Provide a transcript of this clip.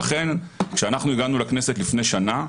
לכן, כשאנחנו הגענו לכנסת לפני שנה,